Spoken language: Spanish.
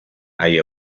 hay